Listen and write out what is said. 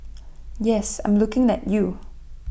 yes I'm looking at you